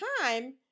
time